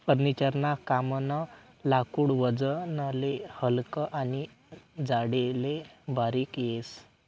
furniture ना कामनं लाकूड वजनले हलकं आनी जाडीले बारीक येस